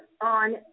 on